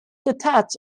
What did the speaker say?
detach